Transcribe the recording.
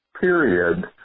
period